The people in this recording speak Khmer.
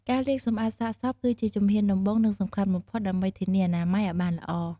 ការលាងសម្អាតសាកសពគឺជាជំហានដំបូង និងសំខាន់បំផុតដើម្បីធានាអនាម័យឲ្យបានល្អ។